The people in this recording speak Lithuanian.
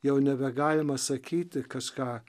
jau nebegalima sakyti kažką